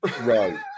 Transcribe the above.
Right